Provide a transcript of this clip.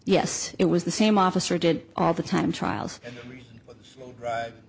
yes it was the same officer did all the time trials